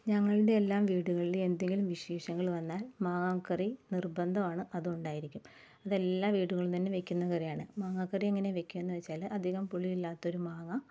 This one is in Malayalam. ഞങ്ങളുടെ എല്ലാം വീടുകളിൽ എന്തെങ്കിലും വിശേഷങ്ങൾ വന്നാൽ മാങ്ങാക്കറി നിർബന്ധമാണ് അത് ഉണ്ടായിരിക്കു അത് എല്ലാ വീടുകളിലും വയ്ക്കുന്ന കറിയാണ് മാങ്ങാക്കറി എങ്ങനെയാണ് വയ്ക്കുക എന്ന് വെച്ചാല് അധികം പുളിയില്ലാത്ത ഒരു മാങ്ങ